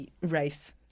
race